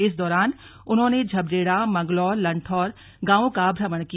इस दौरान उन्होंने झबरेड़ा मंगलौर लंढोरा गांवों का भ्रमण किया